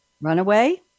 Runaway